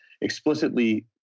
explicitly